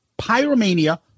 Pyromania